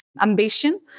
ambition